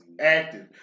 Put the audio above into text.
active